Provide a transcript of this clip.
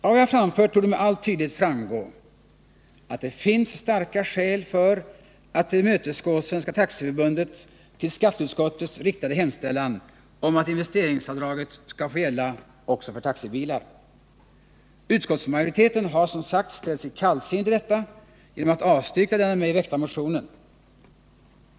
Av vad jag framfört torde med all tydlighet framgå att det finns starka skäl att tillmötesgå Svenska taxiförbundets till skatteutskottet riktade hemställan om att investeringsavdraget skall få gälla också för taxibilar. Utskottsmajoriteten har som sagt ställt sig kallsinnig till detta genom att avstyrka den av mig väckta motionen.